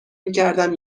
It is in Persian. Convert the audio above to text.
میکردم